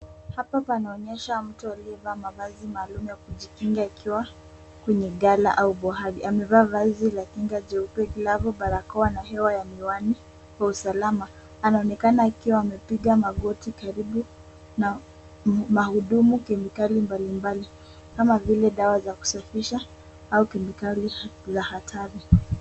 Hapa panaonyesha mtu aliyevaa mavazi maalum ya kujikinga akiwa kwenye ghala au bohari. Amevaa vazi la kinga jeupe, glavu barakoa na miwani ya usalama. Anaonekana akiwa amepiga magoti karibu na mahudumu kemikali mbalimbali kama vile dawa za kusafisha au kemikali za hatari.